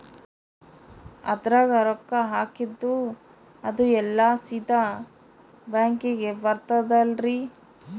ಅದ್ರಗ ರೊಕ್ಕ ಹಾಕಿದ್ದು ಅದು ಎಲ್ಲಾ ಸೀದಾ ಬ್ಯಾಂಕಿಗಿ ಬರ್ತದಲ್ರಿ?